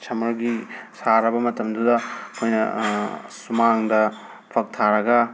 ꯁꯃꯔꯒꯤ ꯁꯥꯔꯕ ꯃꯇꯝꯗꯨꯗ ꯑꯩꯈꯣꯏꯅ ꯁꯨꯃꯥꯡꯗ ꯐꯛ ꯊꯥꯔꯒ